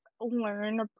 learn